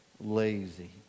lazy